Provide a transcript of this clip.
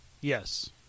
Yes